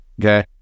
Okay